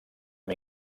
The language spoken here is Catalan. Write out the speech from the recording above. amb